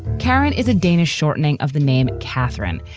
karen is a danish shortening of the name catherine.